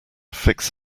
fix